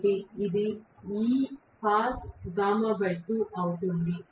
కాబట్టి ఇది అవుతుంది